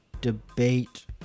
debate